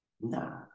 Nah